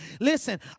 Listen